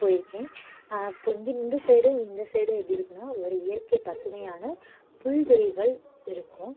போயிருக்கேன் அப்போது இங்கே இந்த சைடும் இந்த சைடும் எப்படி இருக்கும்னா ஒரு இயற்கை பசுமையான புல்வெளிகள் இருக்கும்